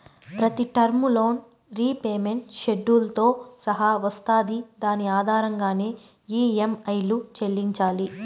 ప్రతి term loan repayment షెడ్యూల్తో సహా వస్తాది దాని ఆధారంగానే ఈ.యం.ఐలు చెల్లించాలి